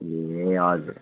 ए हजुर